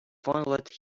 fondled